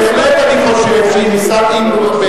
בהחלט אני חושב שאם בית-ספר